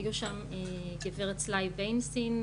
היו שם גברת סליי בנסין,